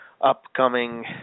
upcoming